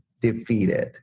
defeated